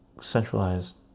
centralized